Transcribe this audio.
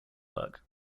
work